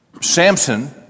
Samson